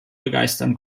begeistern